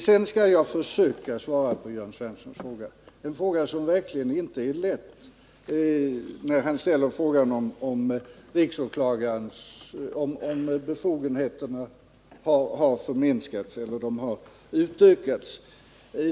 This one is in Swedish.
Jag skall försöka svara på Jörn Svenssons fråga — det är verkligen inte lätt — om riksåklagarens befogenheter har förminskats eller utökats.